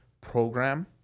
program